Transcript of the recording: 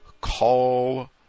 call